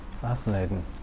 Fascinating